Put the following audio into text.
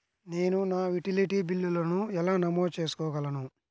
నేను నా యుటిలిటీ బిల్లులను ఎలా నమోదు చేసుకోగలను?